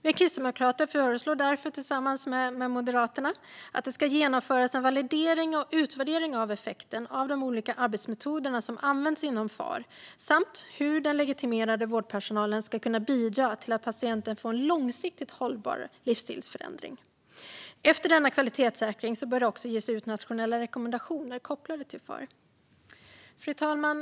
Vi kristdemokrater föreslår därför tillsammans med Moderaterna att det ska genomföras en validering och utvärdering av effekten av de olika arbetsmetoder som används inom FaR samt av hur den legitimerade vårdpersonalen ska kunna bidra till att patienten får en långsiktigt hållbar livsstilsförändring. Efter denna kvalitetssäkring bör det också ges ut nationella rekommendationer kopplade till FaR. Fru talman!